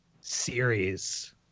series